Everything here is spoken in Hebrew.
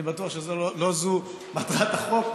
אני בטוח שלא זו מטרת החוק,